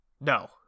no